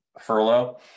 furlough